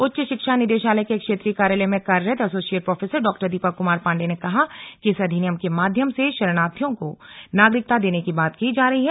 उच्च शिक्षा निदेशालय के क्षेत्रीय कार्यालय में कार्यरत प्रोफेसर डॉ दीपक कुमार पाण्डेय ने कहा कि इस अधिनियम के माध्मय से शरणार्थियों को नागरिकता देने की बात की जा रही है